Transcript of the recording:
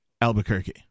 Albuquerque